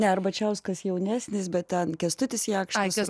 ne arbačiauskas jaunesnis bet ten kęstutis jakštas